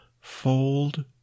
fold